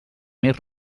més